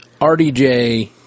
RDJ